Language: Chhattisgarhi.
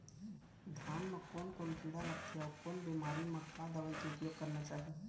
धान म कोन कोन कीड़ा लगथे अऊ कोन बेमारी म का दवई के उपयोग करना चाही?